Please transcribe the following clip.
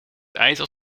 ijzer